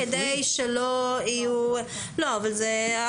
אבל זאת החרגה.